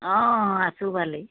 অঁ আছোঁ ভালেই